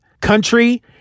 country